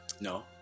no